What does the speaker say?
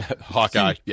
Hawkeye